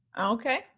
Okay